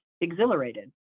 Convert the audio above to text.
Exhilarated